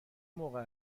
موقع